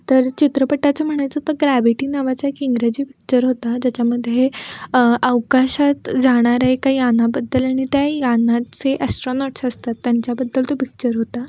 तर चित्रपटाचं म्हणायचं तर ग्रॅविटी नावाचा एक इंग्रजी पिक्चर होता ज्याच्यामध्ये अवकाशात जाणाऱ्या एका यानाबद्दल आणि त्या यानाचे ॲस्ट्रॉनॉट्स असतात त्यांच्याबद्दल तो पिक्चर होता